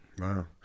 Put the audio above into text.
Wow